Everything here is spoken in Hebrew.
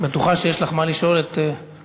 את בטוחה שיש לך מה לשאול את שר התיירות?